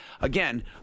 again